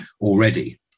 already